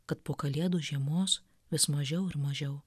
kad po kalėdų žiemos vis mažiau ir mažiau